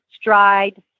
stride